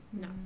No